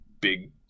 big